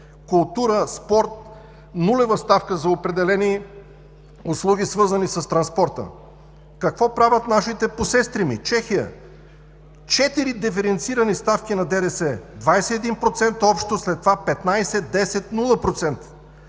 култура, спорт; нулева ставка за определени услуги, свързани с транспорта. Какво правят нашите посестрими? Чехия – четири диференцирани ставки на ДДС – общо 21%, след това 15, 10,